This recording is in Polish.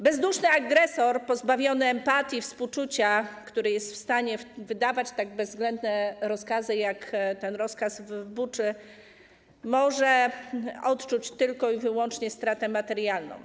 Bezduszny agresor pozbawiony empatii i współczucia, który jest w stanie wydawać tak bezwzględne rozkazy jak ten w Buczy, może odczuć wyłącznie stratę materialną.